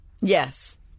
Yes